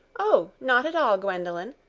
oh! not at all, gwendolen.